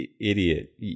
idiot